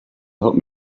help